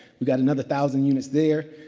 we got another thousand units there.